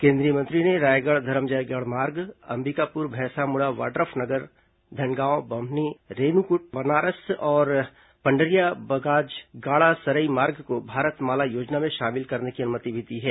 केंद्रीय मंत्री ने रायगढ़ धरमजयगढ़ मार्ग अंबिकापुर भैंसामुड़ वाड़फनगर धनगांव बम्हनी रेनुकट बनारस मार्ग और पंडरिया बजाग गाड़ासरई मार्ग को भारतमाला योजना में शामिल करने की अनुमति भी दी है